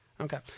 Okay